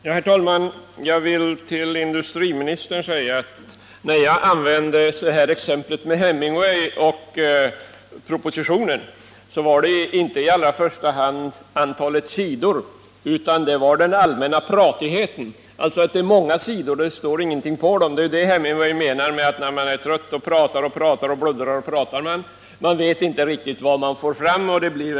Herr talman! Jag vill säga till industriministern att när jag anförde exemplet med Hemingway och propositionen så var det inte i allra första hand antalet sidor jag avsåg utan den allmänna pratigheten. Det är många sidor i propositionen, men det står ingenting på dem, och Hemingway menar att när man är trött då pratar och pratar man utan att veta riktigt vad det leder till.